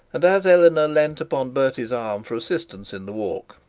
and as eleanor leant upon bertie's arm for assistance in the walk,